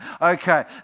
Okay